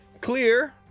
clear